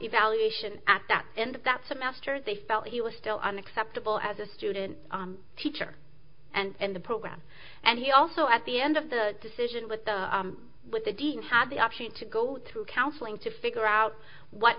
evaluation at that and that semester they felt he was still on acceptable as a student teacher and the program and he also at the end of the decision with the with the dean had the option to go through counseling to figure out what